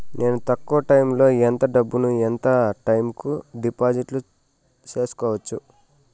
నేను తక్కువ టైములో ఎంత డబ్బును ఎంత టైము కు డిపాజిట్లు సేసుకోవచ్చు?